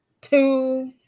two